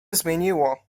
zmieniło